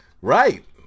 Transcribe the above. right